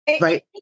right